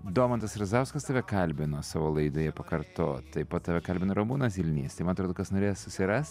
domantas razauskas tave kalbino savo laidoje pakartot taip pat tave kalbino ramūnas zilnys tai man atrodo kas norės susiras